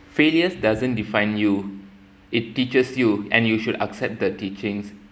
failures doesn't define you it teaches you and you should accept the teachings